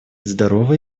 здоровой